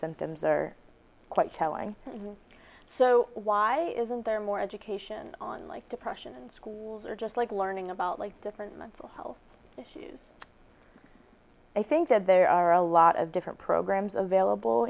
symptoms are quite telling so why isn't there more education on like depression schools or just like learning about like different mental health issues i think that there are a lot of different programs available